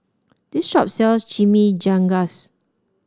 this shop sells Chimichangas